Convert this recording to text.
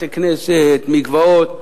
בתי-כנסת, מקוואות.